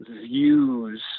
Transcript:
views